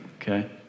Okay